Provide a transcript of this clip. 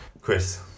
Chris